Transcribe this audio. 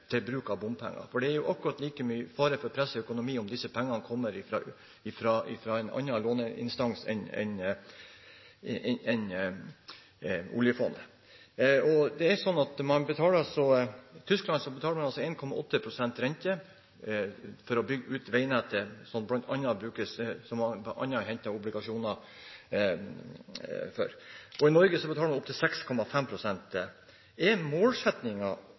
til bruk i bompengeprosjekter? For det er jo akkurat like stor fare for press i økonomien om disse pengene kommer fra en annen låneinstans enn oljefondet. I Tyskland betaler man 1,8 pst. rente for å bygge ut veinettet, som man bl.a. henter obligasjoner for. I Norge betaler man opptil 6,5 pst. Er målsettingen for regjeringen å straffe norske bilister hardest mulig, når man